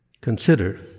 Consider